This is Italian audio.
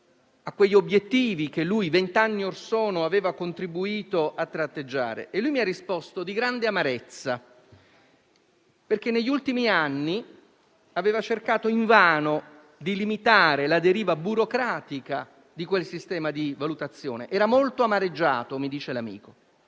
a quegli obiettivi che lui, vent'anni orsono, aveva contribuito a tratteggiare. Mi ha risposto: di grande amarezza, perché negli ultimi anni aveva cercato invano di limitare la deriva burocratica di quel sistema di valutazione. Era molto amareggiato, mi dice l'amico.